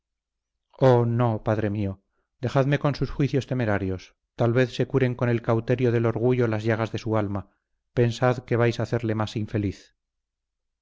oh no padre mío dejadme con sus juicios temerarios tal vez se curen con el cauterio del orgullo las llagas de su alma pensad que vais a hacerle más infeliz